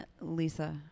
Lisa